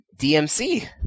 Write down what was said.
DMC